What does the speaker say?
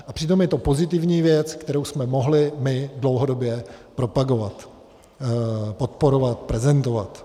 A přitom je to pozitivní věc, kterou jsme mohli dlouhodobě propagovat, podporovat, prezentovat.